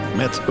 met